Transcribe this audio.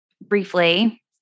briefly